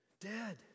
Dead